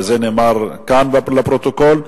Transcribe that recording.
וזה נאמר כאן לפרוטוקול,